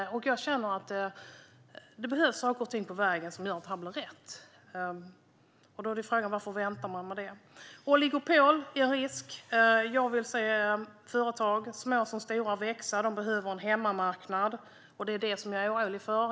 Jag känner att det behövs saker och ting på vägen som gör att det blir rätt. Frågan är varför man väntar med detta. Oligopol är en risk. Jag vill se företag, såväl små som stora, växa. De behöver en hemmamarknad, och det är detta jag är orolig för.